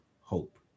hope